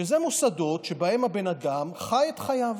שאלה מוסדות שבהם הבן אדם חי את חייו